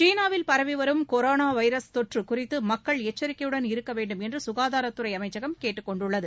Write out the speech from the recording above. சீனாவில் பரவி வரும் கொரோணா வைரஸ் தொற்று குறித்து மக்கள் எச்சிக்கையுடன் இருக்க வேண்டுமென்று சுகாதாரத்துறை அமைச்சகம் கேட்டுக் கொண்டுள்ளது